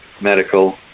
medical